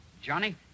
Johnny